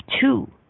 two